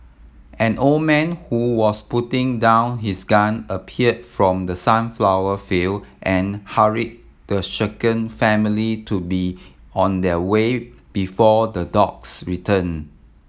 an old man who was putting down his gun appeared from the sunflower field and hurry the shaken family to be on their way before the dogs return